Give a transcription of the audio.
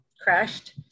crashed